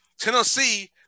Tennessee